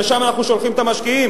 לשם אנחנו שולחים את המשקיעים.